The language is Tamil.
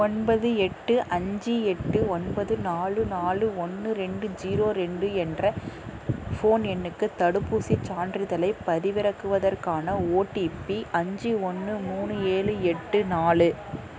ஒன்பது எட்டு அஞ்சு எட்டு ஒன்பது நாலு நாலு ஒன்று ரெண்டு ஜீரோ ரெண்டு என்ற ஃபோன் எண்ணுக்கு தடுப்பூசிச் சான்றிதழைப் பதிவிறக்குவதற்கான ஓடிபி அஞ்சு ஒன்று மூணு ஏழு எட்டு நாலு